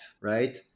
right